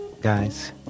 Guys